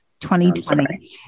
2020